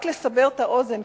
רק לסבר את האוזן,